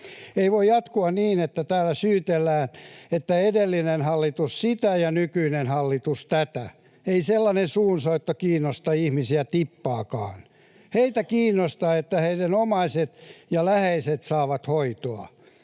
Ei voi jatkua niin, että täällä syytellään, että edellinen hallitus sitä ja nykyinen hallitus tätä. Ei sellainen suunsoitto kiinnosta ihmisiä tippaakaan. Heitä kiinnostaa, että heidän omaisensa ja läheisensä saavat hoitoa.